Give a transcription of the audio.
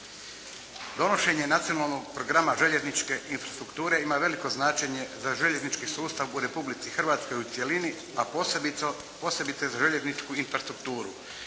Donošenje Nacionalnog programa željezničke infrastrukture ima veliko značenje za željeznički sustav u Republici Hrvatskoj u cjelini, a posebice željezničku infrastrukturu.